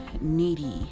needy